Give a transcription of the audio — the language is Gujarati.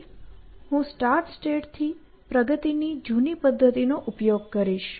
પછી હું સ્ટાર્ટ સ્ટેટથી પ્રગતિની જૂની પદ્ધતિનો ઉપયોગ કરીશ